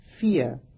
fear